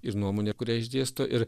ir nuomonę kurią išdėsto ir